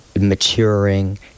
maturing